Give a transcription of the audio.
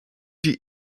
die